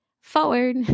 forward